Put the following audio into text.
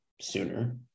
sooner